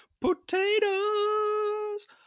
potatoes